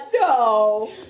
No